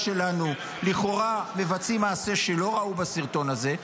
שלנו לכאורה מבצעים מעשה שלא ראו בסרטון הזה,